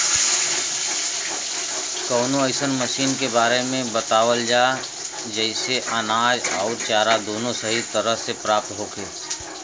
कवनो अइसन मशीन के बारे में बतावल जा जेसे अनाज अउर चारा दोनों सही तरह से प्राप्त होखे?